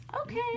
okay